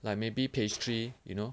like maybe pastry you know